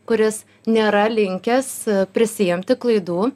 kuris nėra linkęs prisiimti klaidų